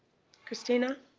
kristina